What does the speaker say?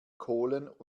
kohlen